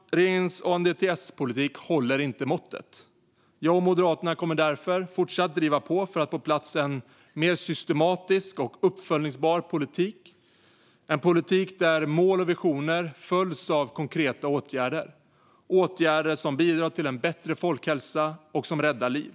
Regeringens ANDTS-politik håller inte måttet. Jag och Moderaterna kommer därför fortsatt att driva på för att få på plats en mer systematisk och uppföljningsbar politik. Det är en politik där mål och visioner följs av konkreta åtgärder - åtgärder som bidrar till en bättre folkhälsa och som räddar liv.